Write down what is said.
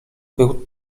był